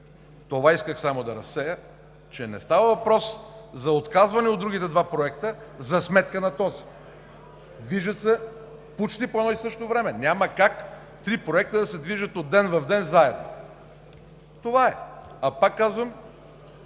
Исках само това да разсея, че не става въпрос за отказване от другите два проекта за сметка на този. Движат се почти по едно и също време. Няма как три проекта да се движат от ден в ден заедно. Това е. Пак казвам,